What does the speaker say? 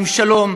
עם שלום.